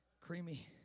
creamy